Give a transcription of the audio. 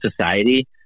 society